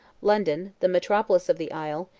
london, the metropolis of the isle,